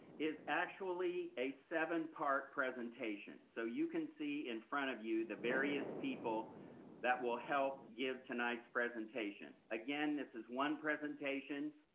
is actually a seven part presentation. so you can see in front of you the various people that will help give tonight's presentation. again, this is one presentation.